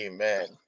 Amen